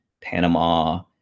panama